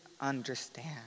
understand